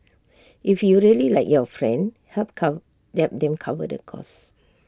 if you really like your friend help cover the them cover the cost